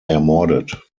ermordet